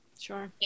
sure